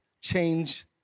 change